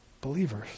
believers